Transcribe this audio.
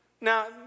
Now